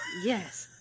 Yes